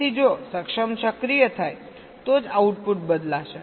તેથી જો સક્ષમ સક્રિય થાય તો જ આઉટપુટ બદલાશે